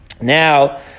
Now